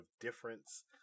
difference